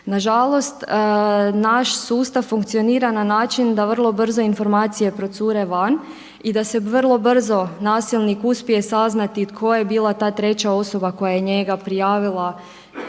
Na žalost naš sustav funkcionira na način da vrlo brzo informacije procure van i da se vrlo brzo nasilnik uspije saznati tko je bila ta treća osoba koja je njega prijavila kao